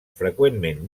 freqüentment